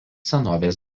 senovės